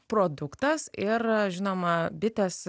produktas ir žinoma bitės